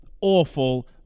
awful